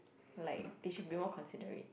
like they should be more considerate